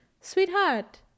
sweetheart